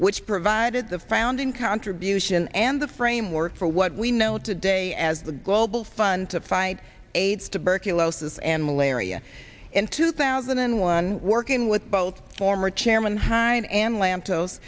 which provided the founding contributed in and the framework for what we know today as the global fund to fight aids tuberculosis and malaria in two thousand and one working with both former chairman hyde and la